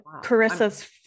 Carissa's